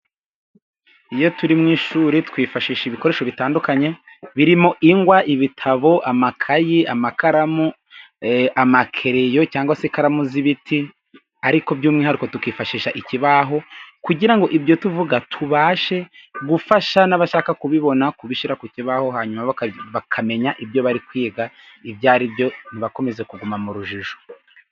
Iyo turi mu ishuri twifashisha ibikoresho bitandukanye, birimo ingwa, ibitabo, amakayi, amakaramu, amakereyo, cyangwa se ikaramu z'ibiti. Ariko by'umwihariko tukifashisha ikibaho kugira ngo ibyo tuvuga tubashe gufasha n'abashaka kubibona, kubishyira ku kibaho, hanyuma bakamenya ibyo bari kwiga ibyo aribyo ntibakomeze kuguma mu rujijo.